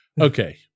okay